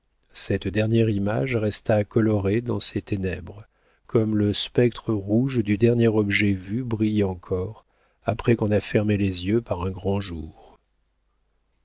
cette dernière image resta colorée dans ses ténèbres comme le spectre rouge du dernier objet vu brille encore après qu'on a fermé les yeux par un grand jour